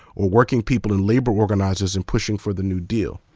or working people and labor organizers in pushing for the new deal.